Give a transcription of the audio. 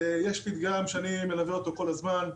יש פתגם שמלווה אותי כל הזמן: